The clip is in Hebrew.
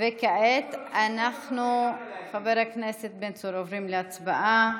וכעת אנחנו, חבר הכנסת בן צור, עוברים להצבעה,